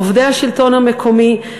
עובדי השלטון המקומי,